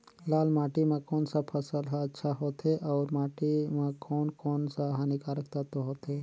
लाल माटी मां कोन सा फसल ह अच्छा होथे अउर माटी म कोन कोन स हानिकारक तत्व होथे?